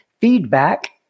feedback